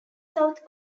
south